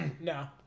No